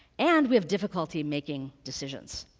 and, we have difficulty making decisions.